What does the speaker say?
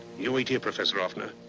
you wait here, professor hoffner.